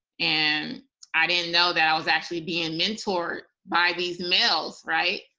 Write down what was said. and i didn't know that i was actually being mentored by these males, right?